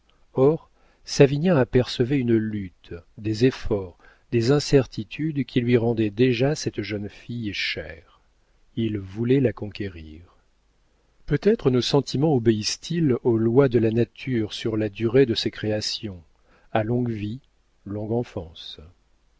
or savinien apercevait une lutte des efforts des incertitudes qui lui rendaient déjà cette jeune fille chère il voulait la conquérir peut-être nos sentiments obéissent ils aux lois de la nature sur la durée de ses créations à longue vie longue enfance